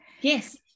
Yes